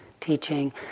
teaching